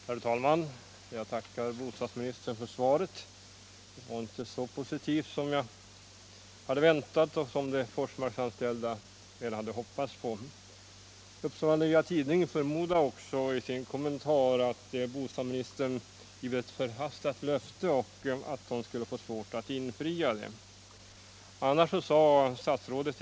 Herr talman! Jag tackar bostadsministern för svaret. Det var inte så positivt som jag hade väntat och som de Forsmarksanställda väl hade hoppats på. Upsala Nya Tidning förmodar också i en kommentar till uttalandet av bostadsministern att hon gett ett förhastat löfte och skulle få svårt att infria det.